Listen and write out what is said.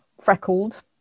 freckled